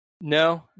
no